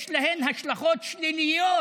יש להן השלכות שליליות